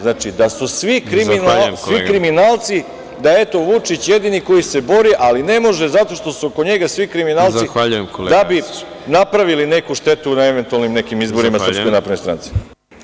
Znači da su svi kriminalci, da je Vučić jedini koji se bori, ali ne može zato što su oko njega svi kriminalci da bi napravili neku štetu na eventualnim nekim izborima SNS.